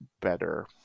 better